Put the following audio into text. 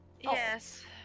Yes